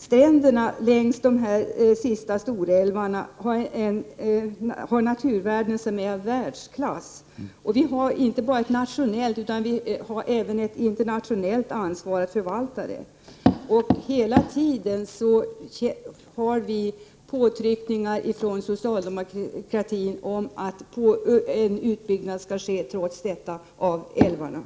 Stränderna längs de här sista storälvarna har naturvärde av världsklass. Vi har inte bara nationellt utan även internationellt ansvar för att förvalta detta. Hela tiden får vi påtryckningar från socialdemokratin om att utbyggnad av älvarna trots detta skall ske.